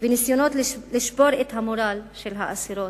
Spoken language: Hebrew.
וניסיונות לשבור את המורל של האסירות,